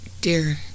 dear